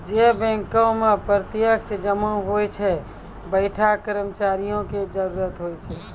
जै बैंको मे प्रत्यक्ष जमा होय छै वैंठा कर्मचारियो के जरुरत होय छै